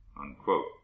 Unquote